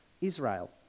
Israel